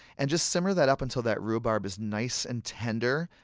and just simmer that up until that rhubarb is nice and tender.